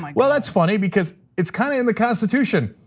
like well, that's funny, because it's kind of in the constitution.